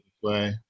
play